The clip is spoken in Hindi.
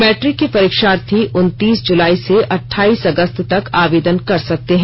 मैट्रिक के परीक्षार्थी उन्तीस जुलाई से अठाईस अगस्त तक आवेदन कर सकते हैं